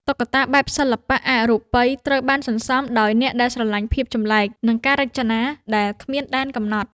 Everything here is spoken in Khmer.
តុក្កតាបែប សិល្បៈអរូបិយ ត្រូវបានសន្សំដោយអ្នកដែលស្រឡាញ់ភាពចម្លែក និងការរចនាដែលគ្មានដែនកំណត់។